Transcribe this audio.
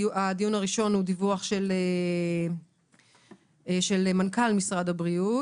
דיווח של מנכ"ל משרד הבריאות